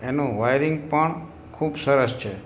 એનું વાયરિંગ પણ ખૂબ સરસ છે